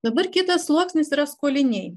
dabar kitas sluoksnis yra skoliniai